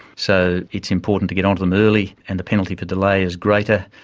so it's important to get on to them early, and the penalty for delay is greater,